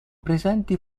presenti